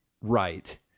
right